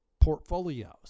portfolios